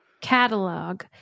catalog